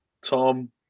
Tom